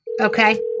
Okay